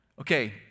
Okay